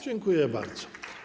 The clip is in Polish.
Dziękuję bardzo.